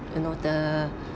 you know the